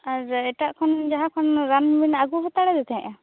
ᱟᱨ ᱮᱴᱟᱜ ᱠᱷᱚᱱ ᱡᱟᱦᱟᱸ ᱠᱷᱚᱱ ᱨᱟᱱ ᱵᱤᱱ ᱟᱹᱜᱩ ᱦᱟᱛᱟᱲ ᱟᱫᱮ ᱛᱟᱦᱮᱱᱟ